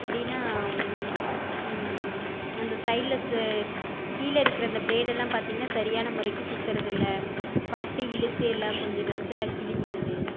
எப்படின்னா அந்த சைடில் சே ப் கீழே இருக்கிற அந்த ப்ளேட்டெல்லாம் பார்த்திங்கன்னா சரியான முறைக்கி சுற்றுறது இல்லை பட்டு இழுத்து எல்லாம் கொஞ்சம் ட்ரெஸ் எல்லாம் கிழிஞ்சிருது